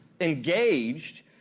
engaged